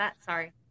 Sorry